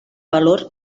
valor